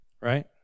right